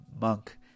monk